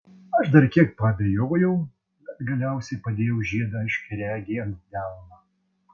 aš dar kiek paabejojau bet galiausiai padėjau žiedą aiškiaregei ant delno